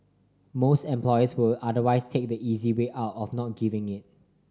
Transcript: most employers will otherwise take the easy way out of not giving it